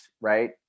right